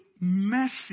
messy